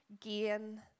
gain